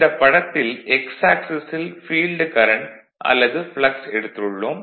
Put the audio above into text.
இந்தப் படத்தில் எக்ஸ் ஆக்சிஸில் ஃபீல்டு கரண்ட் அல்லது ப்ளக்ஸ் எடுத்துள்ளோம்